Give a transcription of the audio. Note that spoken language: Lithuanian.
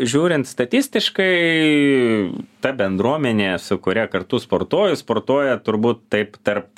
žiūrint statistiškai ta bendruomenė su kuria kartu sportuoju sportuoja turbūt taip tarp